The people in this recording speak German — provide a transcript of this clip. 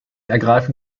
ergreifen